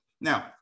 Now